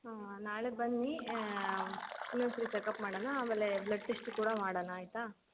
ಹಾಂ ನಾಳೆ ಬನ್ನಿ ಇನ್ನೊಂದು ಸರಿ ಚಕಪ್ ಮಾಡೋಣ ಆಮೇಲೆ ಬ್ಲಡ್ ಟೆಸ್ಟ್ ಕೂಡ ಮಾಡೋಣ ಆಯಿತಾ